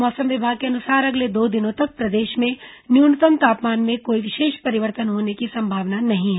मौसम विभाग के अनुसार अगले दो दिनों तक प्रदेश में न्यूनतम तापमान में कोई विशेष परिवर्तन होने की संभावना नहीं है